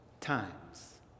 times